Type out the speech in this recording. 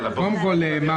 קודם כול,